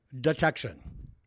detection